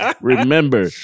Remember